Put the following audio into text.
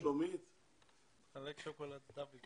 שם צריך לראות איך חוץ ממשקיות הת"ש --- השר ביטון.